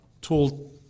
tool